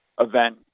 event